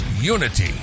unity